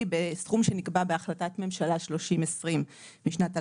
בסכום שנקבע בהחלטת ממשלה 3020 משנת 2017,